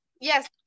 yes